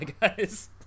guys